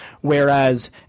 Whereas